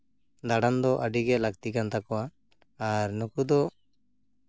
ᱫᱟᱬᱟᱱ ᱫᱚ ᱟᱹᱰᱤᱜᱮ ᱞᱟᱹᱠᱛᱤ ᱠᱟᱱ ᱛᱟᱠᱚᱣᱟ ᱟᱨ ᱱᱩᱠᱩ ᱫᱚ